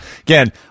again